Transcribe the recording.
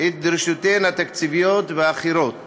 את דרישותיהן התקציביות והאחרות